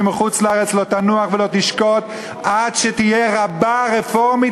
מחוץ-לארץ לא תנוח ולא תשקוט עד שתהיה רבה רפורמית,